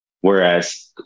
whereas